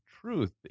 truth